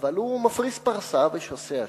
הוא מפריס פרסה ושוסע שסע,